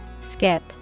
Skip